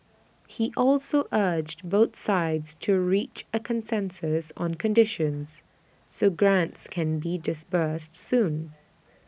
he also urged both sides to reach A consensus on conditions so grants can be disbursed soon